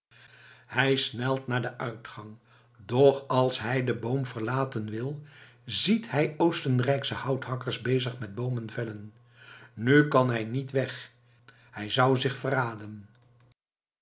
hij snelt naar den uitgang doch als hij den boom verlaten wil ziet hij oostenrijksche houthakkers bezig met boomen vellen nu kan hij niet weg hij zou zich verraden